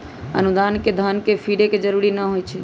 अनुदान में धन के फिरे के जरूरी न होइ छइ